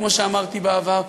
כמו שאמרתי בעבר,